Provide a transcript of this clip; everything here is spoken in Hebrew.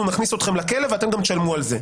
נכניס אתכם לכלא ואתם גם תשלמו על זה.